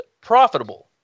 profitable